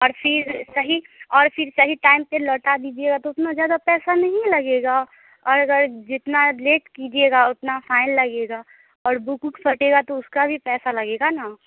और फिर सही और फिर सही टाइम पर लौटा दीजिएगा तो उसमें ज़्यादा पैसा नहीं लगेगा और अगर जितना लेट कीजिएगा उतना फाइन लगेगा और बुक वुक फटेगा तो उसका भी पैसा लगेगा ना